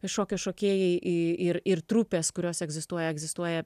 šokio šokėjai i ir ir trupės kurios egzistuoja egzistuoja